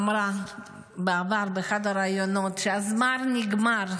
אמרה בעבר באחד הראיונות שהזמן נגמר,